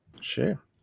Sure